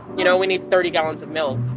you know, we need thirty gallons of milk.